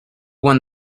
won